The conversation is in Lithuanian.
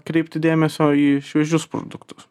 kreipti dėmesio į šviežius produktus